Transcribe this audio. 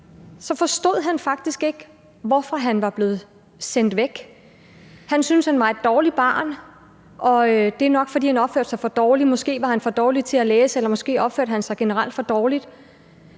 han forstod faktisk ikke, hvorfor han var blevet sendt væk. Han syntes, han var et dårligt barn, og at det nok var, fordi han opførte sig for dårligt – måske var han for dårlig til at læse, eller måske opførte han sig generelt for dårligt.